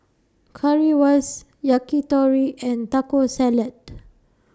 Currywurst Yakitori and Taco Salad